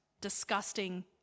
disgusting